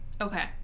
Okay